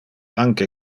anque